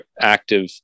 active